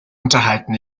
unterhalten